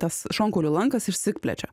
tas šonkaulių lankas išsiplečia